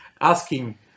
asking